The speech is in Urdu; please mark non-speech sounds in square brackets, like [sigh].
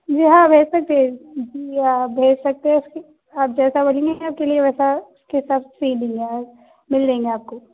جی ہاں [unintelligible] یا بھیج سکتے ہیں آپ جیسا بولیں گے ویسا کے حساب سے سی دوں گا مل جائیں گا آپ کو